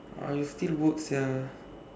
I'll still work sia